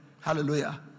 Hallelujah